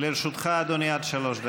לרשותך, אדוני, עד שלוש דקות.